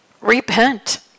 Repent